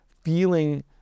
feeling